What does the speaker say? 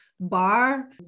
bar